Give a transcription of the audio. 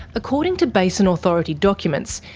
according to basin authority documents,